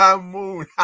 Moon